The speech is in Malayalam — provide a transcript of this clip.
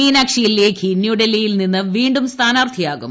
മീനാക്ഷി ലേഖി ന്യൂഡൽഹിയിൽ നിന്ന് വീണ്ടും സ്ഥാനാർത്ഥിയാകും